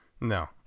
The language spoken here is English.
No